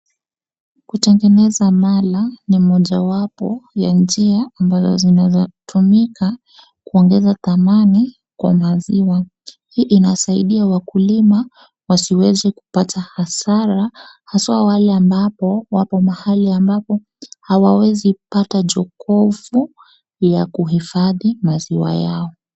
Kutengeneza mara ni moja wapo ya njia ambazo zinazotumika kuongeza tamani kwa maziwa. Hii inasaidia wakulima wasiweze kupata hasara haswa wale ambapo wako mahali ambapo hawezipata jokofu ya kuihifadhi maziwa yao.